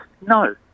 No